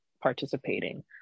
participating